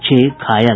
छह घायल